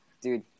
dude